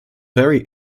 very